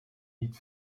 niet